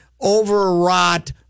overwrought